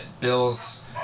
Bills